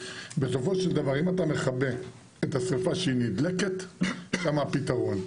בסופו של דבר אם אתה מכבה את השריפה כשהיא נדלקת שם הפתרון.